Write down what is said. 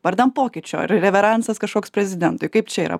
vardan pokyčių ar reveransas kažkoks prezidentui kaip čia yra